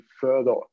further